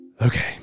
Okay